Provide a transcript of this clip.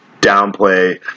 downplay